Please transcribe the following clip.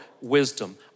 Wisdom